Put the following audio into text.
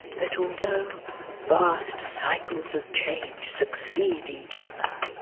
that although vast cycles of change succeed each other,